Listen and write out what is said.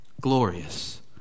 glorious